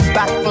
back